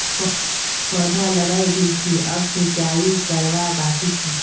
पौधा लगइ दिल छि अब सिंचाई करवा बाकी छ